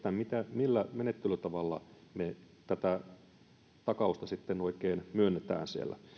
millä menettelytavalla me tätä takausta sitten oikein myönnämme siellä